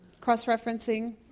Cross-referencing